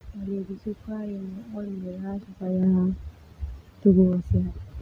Au lebih suka inu oe mineral supaya tubuh ah sehat.